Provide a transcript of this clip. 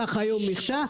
קח היום מכסה,